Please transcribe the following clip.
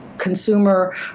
consumer